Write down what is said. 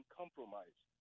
compromised